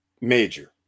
Major